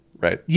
right